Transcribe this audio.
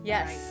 Yes